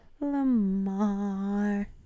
Lamar